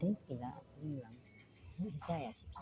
दै गैला बुंला आं जायासै